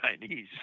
Chinese